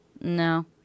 no